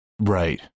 Right